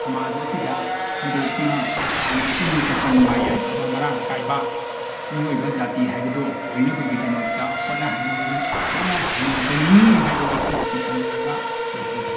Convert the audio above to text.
ꯁꯃꯥꯖ ꯑꯁꯤꯗ ꯁꯟꯗꯣꯛꯇꯨꯅ ꯌꯥꯝꯅ ꯏꯪ ꯇꯞꯄ ꯅꯨꯡꯉꯥꯏ ꯌꯥꯏꯐꯕ ꯃꯔꯥꯡ ꯀꯥꯏꯕ ꯃꯤꯑꯣꯏꯕ ꯖꯥꯇꯤ ꯍꯥꯏꯕꯗꯣ ꯑꯣꯏꯅꯕꯒꯤꯗꯃꯛꯇ ꯍꯣꯠꯅꯍꯟꯅꯤꯡꯉ ꯍꯣꯠꯅꯍꯟꯖꯅꯤꯡꯏ ꯍꯥꯏꯕ ꯋꯥꯐꯝ ꯑꯁꯤ ꯊꯝꯖꯔꯒ ꯂꯣꯏꯁꯤꯟꯖꯔꯦ